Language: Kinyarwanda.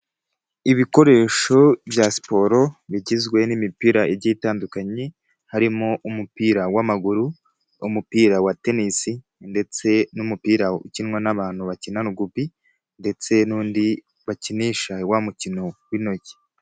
Ibikoresho bya siporo bigizwe n'imipira igiye itandukanye harimo umupira w'amaguru, umupira wa tenisi ndetse n'umupira ukinwa n'abantu bakina rugubi ndetse n'undi bakinisha wa mukino w'intoki.